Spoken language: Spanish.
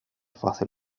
fácil